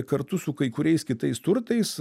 kartu su kai kuriais kitais turtais